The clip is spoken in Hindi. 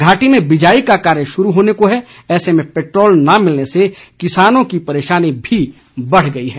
घाटी में बिजाई का कार्य शुरू होने को है ऐसे में पैट्रोल न मिलने से किसानों की परेशानी भी बढ़ गई है